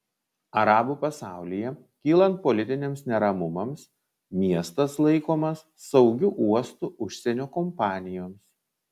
arabų pasaulyje kylant politiniams neramumams miestas laikomas saugiu uostu užsienio kompanijoms